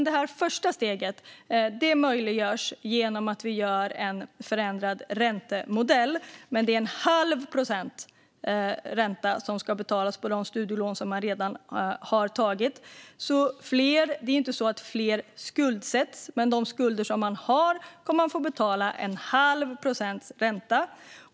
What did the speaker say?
Detta första steg möjliggörs genom att vi gör en förändrad räntemodell, och det handlar om en halv procent ränta som ska betalas på de studielån som man redan har tagit. Fler skuldsätts inte, men de skulder man har kommer man att få betala en halv procent ränta på.